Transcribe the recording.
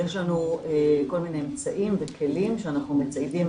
יש לנו כל מיני אמצעים וכלים שאנחנו מציידים